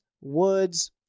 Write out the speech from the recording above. Woods